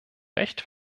recht